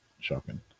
shocking